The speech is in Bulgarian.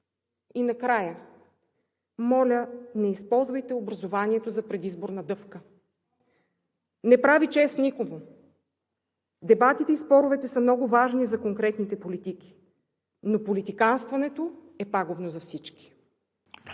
Накрая, моля, не използвайте образованието за предизборна дъвка. Не прави чест никому. Дебатите и споровете са много важни за конкретните политики, но политиканстването е пагубно за всички.